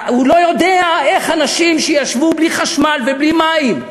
הוא לא יודע איך אנשים שישבו בלי חשמל ובלי מים,